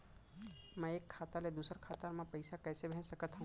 मैं एक खाता ले दूसर खाता मा पइसा कइसे भेज सकत हओं?